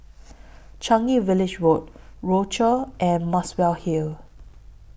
Changi Village Road Rochor and Muswell Hill